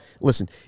listen